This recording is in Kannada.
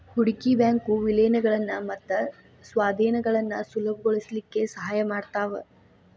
ಹೂಡ್ಕಿ ಬ್ಯಾಂಕು ವಿಲೇನಗಳನ್ನ ಮತ್ತ ಸ್ವಾಧೇನಗಳನ್ನ ಸುಲಭಗೊಳಸ್ಲಿಕ್ಕೆ ಸಹಾಯ ಮಾಡ್ತಾವ